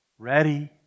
ready